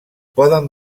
poden